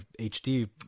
HD